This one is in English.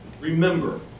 remember